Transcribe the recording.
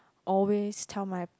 always tell my